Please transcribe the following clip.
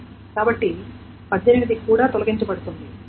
కాబట్టి 18 కూడా తొలగించబడుతుంది